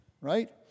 right